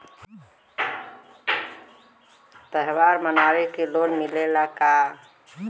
त्योहार मनावे के लोन मिलेला का?